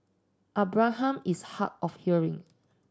Abraham is hard of hearing